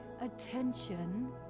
attention